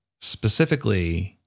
specifically